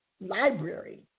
library